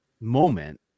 moment